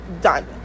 done